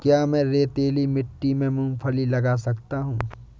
क्या मैं रेतीली मिट्टी में मूँगफली लगा सकता हूँ?